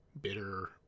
Bitter